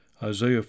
Isaiah